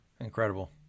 Incredible